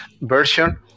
version